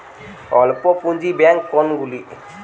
অল্প পুঁজি ব্যাঙ্ক কোনগুলি?